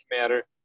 matter